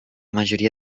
majoria